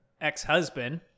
ex-husband